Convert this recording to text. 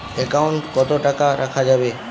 Account কত টাকা রাখা যাবে?